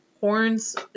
horns